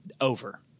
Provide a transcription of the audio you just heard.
over